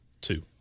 two